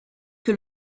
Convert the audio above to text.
que